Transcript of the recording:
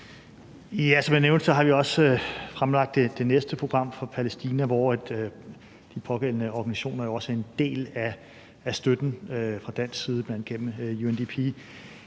Som jeg nævnte, har vi også fremlagt det næste program for Palæstina, og der indgår de pågældende institutioner jo også som nogle, der skal modtage støtte fra dansk side gennem UNDP.